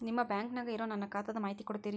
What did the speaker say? ನಿಮ್ಮ ಬ್ಯಾಂಕನ್ಯಾಗ ಇರೊ ನನ್ನ ಖಾತಾದ ಮಾಹಿತಿ ಕೊಡ್ತೇರಿ?